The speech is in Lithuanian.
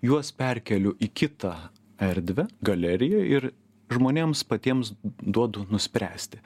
juos perkeliu į kitą erdvę galeriją ir žmonėms patiems duodu nuspręsti